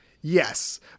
Yes